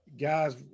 guys